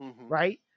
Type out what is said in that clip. right